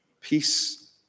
Peace